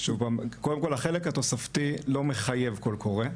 החלק התוספתי לא מחייב קול קורא.